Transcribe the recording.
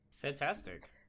Fantastic